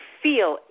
feel